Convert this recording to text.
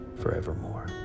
forevermore